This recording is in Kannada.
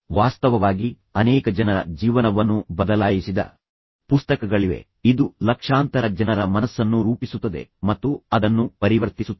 ವಾಸ್ತವವಾಗಿ ಅನೇಕ ಜನರ ಜೀವನವನ್ನು ಬದಲಾಯಿಸಿದ ಪುಸ್ತಕಗಳಿವೆ ಇದು ಲಕ್ಷಾಂತರ ಜನರ ಮನಸ್ಸನ್ನು ರೂಪಿಸುತ್ತದೆ ಮತ್ತು ಅದನ್ನು ಪರಿವರ್ತಿಸುತ್ತದೆ